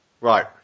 Right